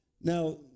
Now